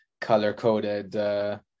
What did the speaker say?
color-coded